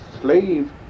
slave